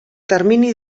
termini